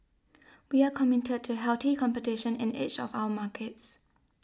we are committed to healthy competition in each of our markets